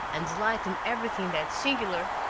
and delight in everything that's singular,